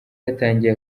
yatangiye